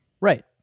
right